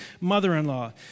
mother-in-law